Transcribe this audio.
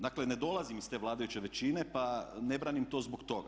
Dakle, ne dolazim iz te vladajuće većine pa ne branim to zbog toga.